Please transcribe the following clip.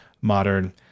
modern